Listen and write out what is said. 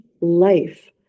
life